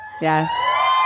Yes